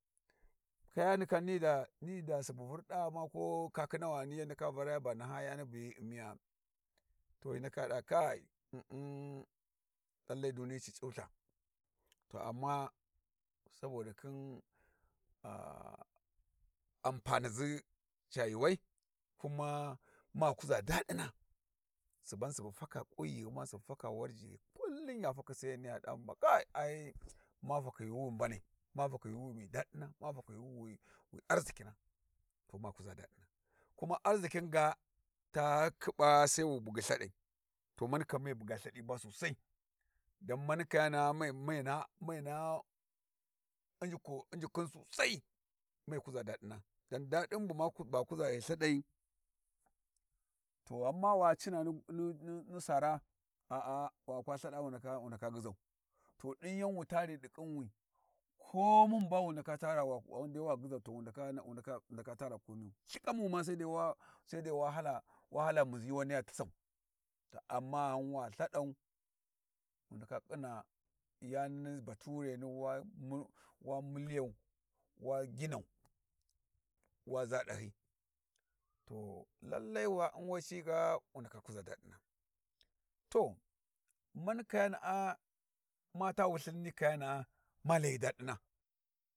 Kayani kam ni daa ni daa subu vurda ghuma ko kakanawani hyi ndaka vara ya naha yani bu hyi u'miya, to hyi ndaka ɗa kai lalle duniyi ci cultha, to amma saboda khin anfanizi ca yuuwai kuma ma kuza daɗina subu faka Warji kullum ya fakhi sai yaniya ɗa ai ma fakhi yuuwi wi mbanai fakhi yuuwi wi daɗina yuuwi wi arzaikina to ma kuza daɗina kuma arzikina ga ta khiba'a sai wu bugyi ba lthaɗai, to mani kam mai buga lthaɗi ba sosai, dan mani kayana'a mai naha sosai mai kuza daɗina, dan daɗin bu ma kuza ghi lthaɗai, to gham ma wa cina ni sara a'a wa kwa lthaɗa wuhesitation ndaka gyizau. To din yan wu tari ɗi khinwi ko mun ba ndaka tara wa ghandai wa gyizau wu ndaka tara kurdinu lthiƙamu ma sai dai wa hala wa hala muzzi wa niyya tissau ta amma ghan wa lthaɗau wu ndaka ƙhina yani ni batureni wa mu wa ginau wa za ɗahyi to lallai wa u'n we ci ga wu ndaka kuza daɗina. To mani kayana mata wulthin ni kayana'a ma layi daɗina.